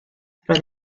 roedd